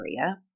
area